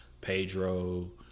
Pedro